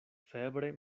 febre